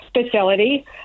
facility